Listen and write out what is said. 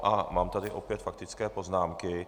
A mám tady opět faktické poznámky.